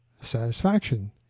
satisfaction